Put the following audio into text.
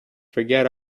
forget